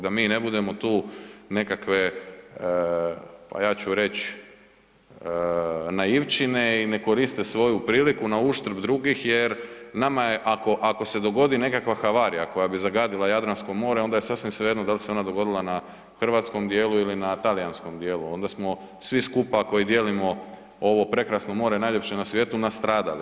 Da mi ne budemo tu nekakve pa ja ću reći, naivčine i ne koriste svoju priliku nauštrb drugih jer, nama je, ako se dogodi nekakva havarija koja bi zagadila Jadransko more, onda je sasvim svejedno da li se ona dogodila na hrvatskom dijelu ili na talijanskom dijelu, onda smo svi skupa koji dijelimo ovo prekrasno more, najljepše na svijetu, nastradali.